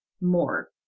more